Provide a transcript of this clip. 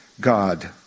God